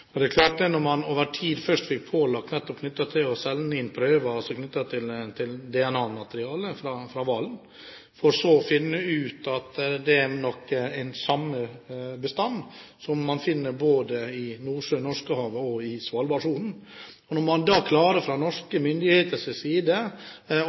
det er klart at når man over tid først blir pålagt å sende inn prøver av DNA-materiale fra hvalen og så finner ut at det er fra den samme bestanden som man finner både i Nordsjøen, Norskehavet og i Svalbardsonen, og når